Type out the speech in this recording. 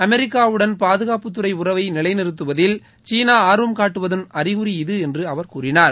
அமெிக்காவுடன் பாதுகாப்புத்துறை உறவை நிலைநிறுத்துவதில் சீனா ஆர்வம் காட்டுவதன் அறிகுறி இது என்று அவர் கூறினார்